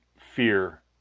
fear